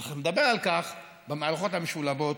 ואנחנו נדבר על כך, במערכות המשולבות